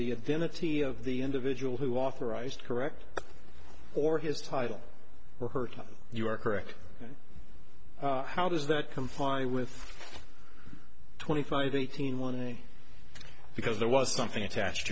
the ability of the individual who authorized correct or his title were hurt you are correct how does that comply with twenty five eighteen one in because there was something attached